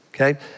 Okay